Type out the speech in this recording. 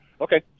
Okay